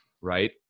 Right